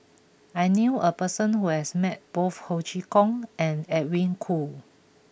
I knew a person who has met both Ho Chee Kong and Edwin Koo